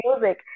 music